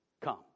come